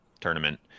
tournament